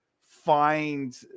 find